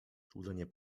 złudzenie